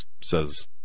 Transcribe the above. says